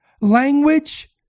language